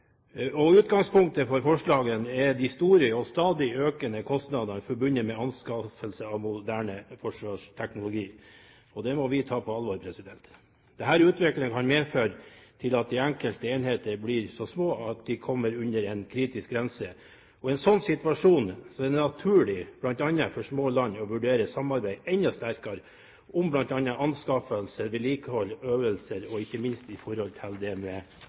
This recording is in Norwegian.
og utgangspunktet for forslagene er de store og stadig økende kostnadene i forbindelse med anskaffelse av moderne forsvarsteknologi. Det må vi ta på alvor. Denne utviklingen har medført at de enkelte enheter blir så små at de kommer under en kritisk grense. I en sånn situasjon er det naturlig, bl.a. for små land, å vurdere et enda sterkere samarbeid om bl.a. anskaffelser, vedlikehold, øvelser og ikke minst utdanning. Alternativet til